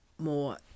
more